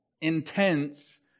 Intense